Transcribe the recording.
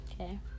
okay